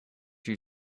you